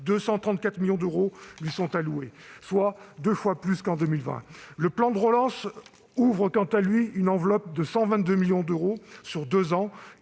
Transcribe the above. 234 millions d'euros lui sont alloués, soit deux fois plus qu'en 2020. Le plan de relance, quant à lui, ouvre une enveloppe de 122 millions d'euros sur deux ans